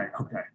okay